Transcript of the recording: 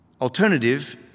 alternative